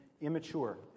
immature